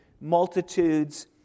multitudes